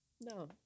No